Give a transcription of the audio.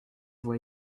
vois